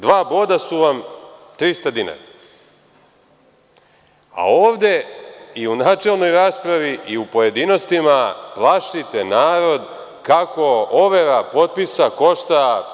Dva boda su 300 dinara, a ovde i u načelnoj raspravi i u pojedinostima plašite narod kako overa potpisa košta…